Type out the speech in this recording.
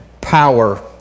power